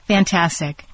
Fantastic